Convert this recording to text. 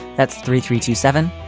that's three three two seven.